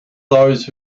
those